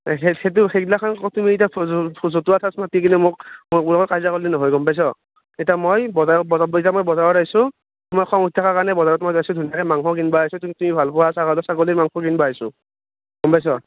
এ সেইটো সেইদিনাখন তুমি এতিয়া জতু জতুৱাঠাঁচ মাতি কিনি মোক মোৰ লগত কাজিয়া কৰ্লি নহয় গম পাইছ' এতিয়া মই বজাৰত বজাৰ এতিয়া মই বজাৰত আইছোঁ তোমাৰ খং উঠি থকাৰ কাৰণে বজাৰত মই আইছোঁ ধুনীয়াকৈ হে মাংস কিনবা আইছোঁ তুমি ভাল পোৱা ছাগালী ছাগলী মাংস কিন্বা আইছোঁঁ